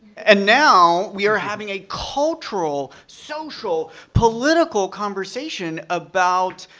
and now we are having a cultural, social, political conversation about,